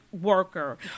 worker